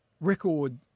record